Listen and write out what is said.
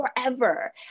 forever